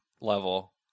level